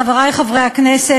חברי חברי הכנסת,